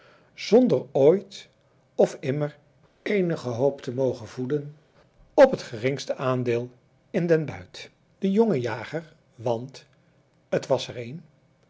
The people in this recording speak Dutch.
zonder ooit of immer eenige hoop te mogen voeden op het geringste aandeel in den buit de jonge jager want het was er